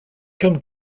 come